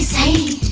hey